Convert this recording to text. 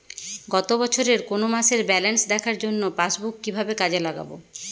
গত বছরের কোনো মাসের ব্যালেন্স দেখার জন্য পাসবুক কীভাবে কাজে লাগাব?